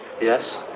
Yes